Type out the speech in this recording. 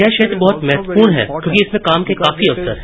यह क्षेत्र बहुत महत्वपूर्ण है क्योंकि इसमे काम के काफी अवसर हैं